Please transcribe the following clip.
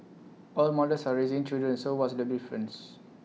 all the mothers are raising children so what's the difference